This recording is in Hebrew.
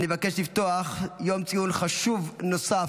אני מבקש לפתוח יום ציון חשוב נוסף,